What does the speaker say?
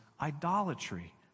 idolatry